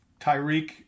Tyreek